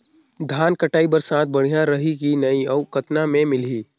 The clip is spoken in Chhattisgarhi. धान कटाई बर साथ बढ़िया रही की नहीं अउ कतना मे मिलही?